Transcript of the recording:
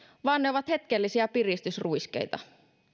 vaan ne ovat hetkellisiä piristysruiskeita